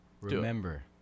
Remember